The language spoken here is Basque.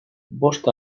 bost